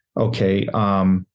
okay